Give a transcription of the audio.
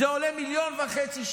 זה עולה 1.5 מיליון שקל.